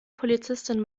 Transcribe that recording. polizistin